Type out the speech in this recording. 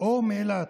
או מאילת,